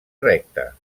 recta